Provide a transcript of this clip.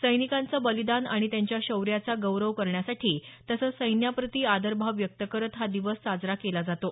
सैनिकांचं बलिदान आणि त्यांच्या शौर्याचा गौरव करण्यासाठी तसंच सैन्याप्रती आदरभाव व्यक्त करत हा दिवस साजरा केला जातो